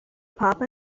papua